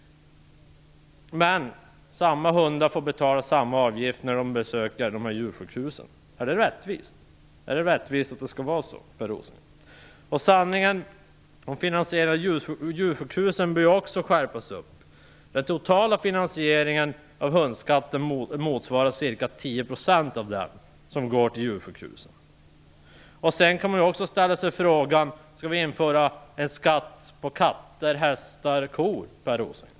Men samma hundar får betala samma avgift när de besöker djursjukhusen. Är det rättvist? När det gäller sanningen om djursjukhusen bör det ske en skärpning. Den totala finansieringen av hundskatten motsvarar ca 10 % av det som går till djursjukhusen. Man kan också ställa sig frågan: Skall vi införa skatt på katter, hästar eller kor?